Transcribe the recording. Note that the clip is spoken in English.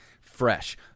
fresh